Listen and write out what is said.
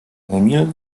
emil